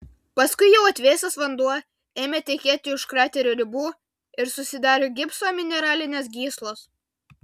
paskui jau atvėsęs vanduo ėmė tekėti už kraterio ribų ir susidarė gipso mineralinės gyslos